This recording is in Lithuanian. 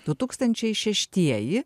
du tūkstančiai šeštieji